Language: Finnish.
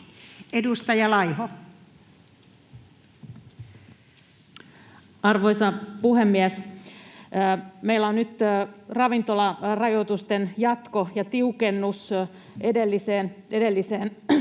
Content: Arvoisa puhemies! Meillä on nyt ravintolarajoitusten jatko ja tiukennus edelliseen sulkuun